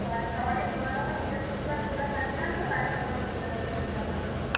ও আচ্ছা অনেক সোনা দোকান বৃহস্পতিবার খোলা থাকে না তো তাই জন্য আমি জিজ্ঞাসা করে নিলাম আচ্ছা